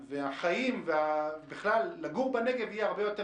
החיים והמגורים בנגב יהיה הרבה יותר